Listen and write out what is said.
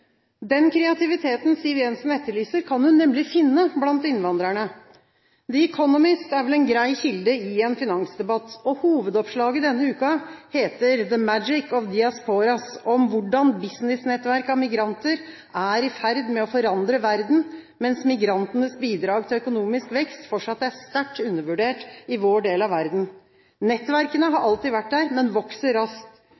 Den kreativiteten Siv Jensen etterlyser, kan hun nemlig finne blant innvandrerne. The Economist er vel en grei kilde i en finansdebatt. Hovedoppslaget denne uka heter «The magic of diasporas» – om hvordan businessnettverk av migranter er i ferd med å forandre verden, mens migrantenes bidrag til økonomisk vekst fortsatt er sterkt undervurdert i vår del av verden. Nettverkene har